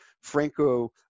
Franco